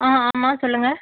ஆ ஆமாம் சொல்லுங்கள்